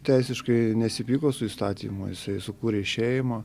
teisiškai nesipyko su įstatymu jisai sukūrė šeimą